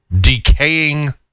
decaying